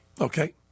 Okay